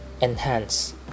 Enhance